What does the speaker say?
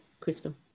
crystal